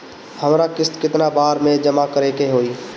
हमरा किस्त केतना बार में जमा करे के होई?